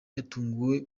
yatunguwe